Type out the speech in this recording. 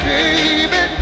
Baby